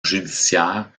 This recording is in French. judiciaires